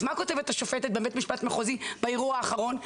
אז מה כותבת השופטת בבית משפט מחוזי בערעור האחרון,